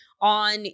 on